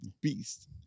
beast